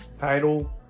title